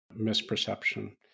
misperception